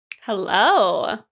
Hello